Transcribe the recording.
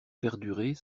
perdurer